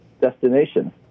destination